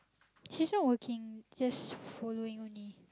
she's not working just following only